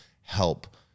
help